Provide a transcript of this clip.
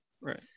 Right